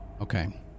Okay